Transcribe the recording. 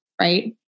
right